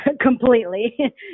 completely